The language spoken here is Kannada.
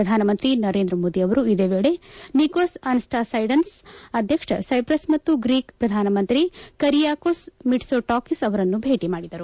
ಪ್ರಧಾನಮಂತ್ರಿ ನರೇಂದ್ರ ಮೋದಿ ಇದೇ ವೇಳೆ ನಿಕೋಸ್ ಅನಸ್ವಾಸೈಡ್ಸ್ನ ಅಧ್ಯಕ್ಷ ಸೈಪ್ರಸ್ ಮತ್ತು ಗ್ರೀಕ್ ಪ್ರಧಾನಮಂತ್ರಿ ಕೈರಿಯಾಕೋಸ್ ಮಿಟ್ಸೋಟಾಕಿಸ್ ಅವರನ್ನು ಭೇಟಿ ಮಾಡಿದರು